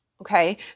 Okay